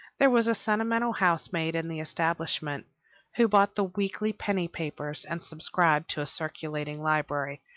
there was a sentimental housemaid in the establishment who bought the weekly penny papers, and subscribed to a circulating library,